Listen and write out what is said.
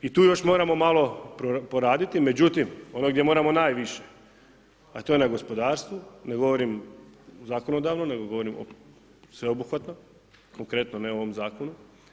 I tu još moramo malo poraditi međutim ono gdje moramo najviše a to je na gospodarstvu, ne govorim u zakonodavnom nego govorim o sveobuhvatnom, konkretno ne o ovom zakonu.